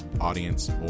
audience